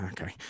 Okay